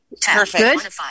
perfect